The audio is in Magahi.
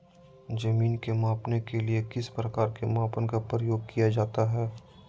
जमीन के मापने के लिए किस प्रकार के मापन का प्रयोग किया जाता है?